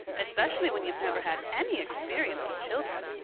especially when you've never had any experience with children.